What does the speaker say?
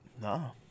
No